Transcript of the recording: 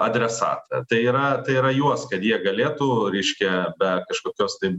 adresatą tai yra tai yra juos kad jie galėtų reiškia be kažkokios tai